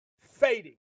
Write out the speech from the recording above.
fading